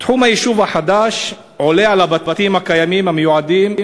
תחום היישוב החדש עולה על הבתים הקיימים ומייעד את